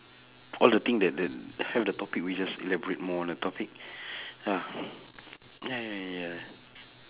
all the thing that that have the topic we just elaborate more on the topic ya ya ya ya